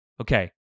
Okay